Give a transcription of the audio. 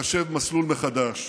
אני קורא לכם לחשב מסלול מחדש,